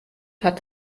hat